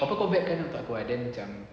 apa apa kau vet kan untuk aku then macam